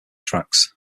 tracks